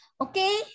Okay